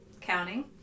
counting